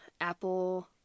Apple